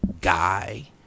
guy